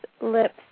lips